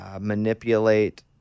manipulate